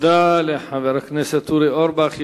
תודה לחבר הכנסת אורי אורבך.